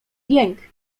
jęk